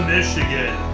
Michigan